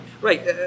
right